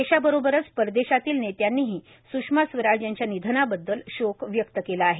देशाबरोबरच परदेशातील नेत्यांनीही सुषमा स्वराज यांच्या निधनाबद्दल शोक व्यक्त केला आहे